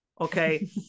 Okay